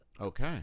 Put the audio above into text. Okay